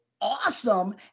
awesome